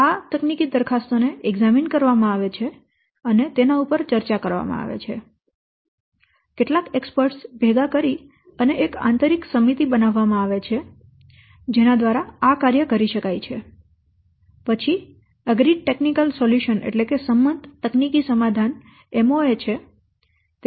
આ તકનીકી દરખાસ્તોને એકઝામિન કરવામાં આવે છે અને તેના ઉપર ચર્ચા કરવામાં આવે છે કેટલાક એક્સપર્ટસ ભેગા કરીને એક આંતરિક સમિતિ બનાવવામાં આવે છે જેના દ્વારા આ કાર્ય કરી શકાય છે પછી સંમત તકનીકી સમાધાન MoA છે